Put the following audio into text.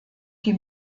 die